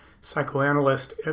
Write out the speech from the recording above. psychoanalyst